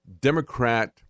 Democrat